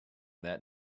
that